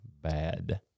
bad